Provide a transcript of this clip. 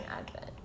Advent